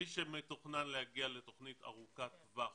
התשובה, מי שמתוכנן להגיע לתוכנית ארוכת טווח